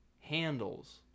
handles